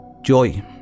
joy